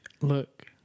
Look